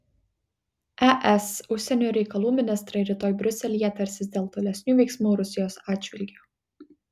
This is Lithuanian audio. es užsienio reikalų ministrai rytoj briuselyje tarsis dėl tolesnių veiksmų rusijos atžvilgiu